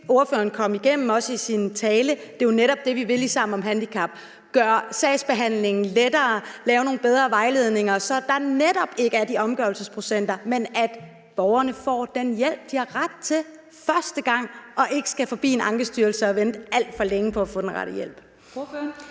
er jo netop det, vi vil i Sammen om handicap, altså gøre sagsbehandlingen lettere og lave nogle bedre vejledninger, så der netop ikke er de omgørelsesprocenter, men så borgerne får den hjælp, de har ret til, første gang og ikke skal forbi Ankestyrelsen og vente alt for længe på at få den rette hjælp.